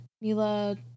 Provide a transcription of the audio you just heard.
Mila